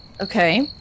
Okay